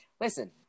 Listen